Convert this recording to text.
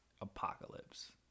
Apocalypse